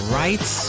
rights